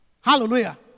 Hallelujah